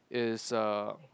is uh